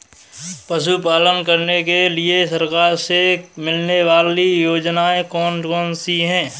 पशु पालन करने के लिए सरकार से मिलने वाली योजनाएँ कौन कौन सी हैं?